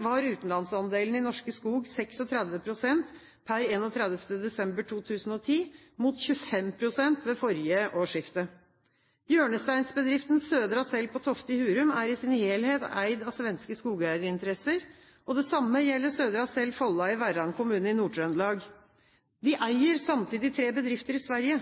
var utenlandsandelen i Norske Skog 36 pst. per 31. desember 2010, mot 25 pst. ved forrige årsskifte. Hjørnesteinsbedriften Södra Cell på Tofte i Hurum er i sin helhet eid av svenske skogeierinteresser. Det samme gjelder Södra Cell Folla i Verran kommune i Nord-Trøndelag. De eier samtidig tre bedrifter i Sverige.